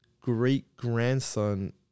great-grandson